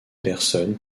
personnes